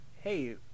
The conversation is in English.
hey